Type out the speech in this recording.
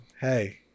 Hey